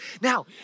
Now